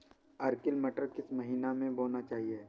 Arkel मटर किस महीना में बोना चाहिए?